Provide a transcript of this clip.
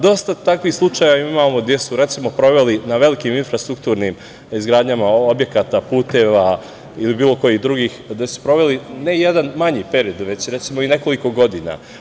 Dosta takvih slučajeva imamo gde su, recimo, proveli na velikim infrastrukturnim izgradnjama objekata, puteva ili bilo kojih drugih, gde su proveli ne jedan manji period, već i nekoliko godina.